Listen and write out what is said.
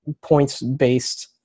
points-based